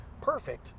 perfect